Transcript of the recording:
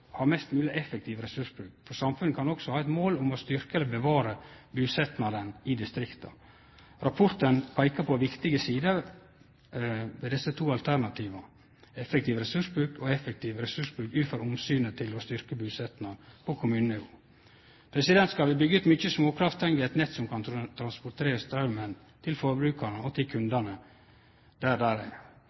ha mest mogleg effektiv ressursbruk. Men samfunnet kan også ha eit mål om å styrkje eller bevare busetnaden i distrikta. Rapporten peikar på viktige sider ved desse to alternativa, effektiv ressursbruk og effektiv ressursbruk ut frå omsynet til å styrkje busetnaden på kommunenivå. Skal vi byggje ut mykje småkraft, treng vi nett som kan transportere straumen til forbrukarar og til kundar der dei er.